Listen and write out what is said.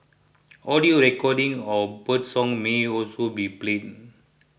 audio recordings of birdsong may also be played